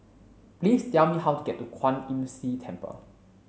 please tell me how to get to Kwan Imm See Temple